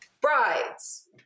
brides